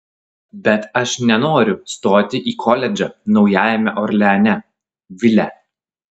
bet aš nenoriu stoti į koledžą naujajame orleane vile